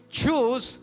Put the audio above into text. choose